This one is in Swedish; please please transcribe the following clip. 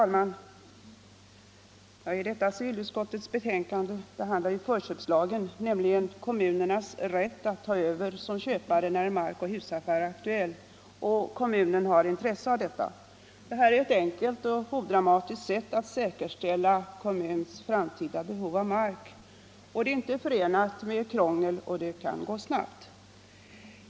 Herr talman! I detta civilutskottsbetänkande behandlas förköpslagen, alltså kommunens rätt att ta över såsom köpare, när mark och husaffärer är aktuella och kommunen har intresse av detta. Förköpsrätten är ett enkelt och odramatiskt sätt att säkerställa kommunens framtida behov av mark. Det är inte förenat med krångel utan kan gå snabbt.